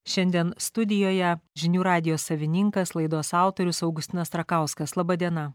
šiandien studijoje žinių radijo savininkas laidos autorius augustinas rakauskas laba diena